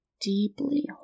deeply